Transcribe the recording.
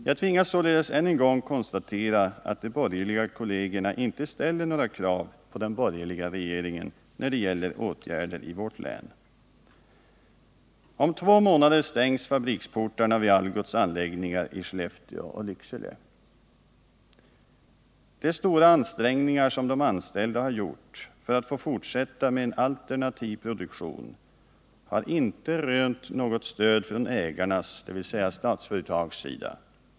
Jag tvingas således än en gång konstatera att de borgerliga kollegerna inte ställer några krav på den borgerliga regeringen när det gäller åtgärder i vårt län. Om två månader stängs fabriksportarna vid Algots anläggningar i Skellefteå och Lycksele. De stora ansträngningar som de anställda har gjort för att få fortsätta med en alternativ produktion har inte rönt något stöd från ägarnas, dvs. Statsföretags, sida.